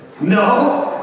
No